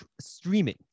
streaming